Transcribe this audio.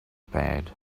bad